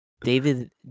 David